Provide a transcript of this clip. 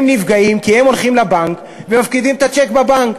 הם נפגעים כי הם הולכים לבנק ומפקידים את הצ'ק בבנק,